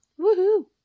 Woohoo